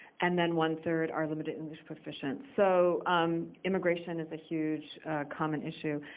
and then one third are limited english proficient. so um immigration is a huge common issue.